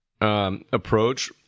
approach